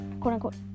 quote-unquote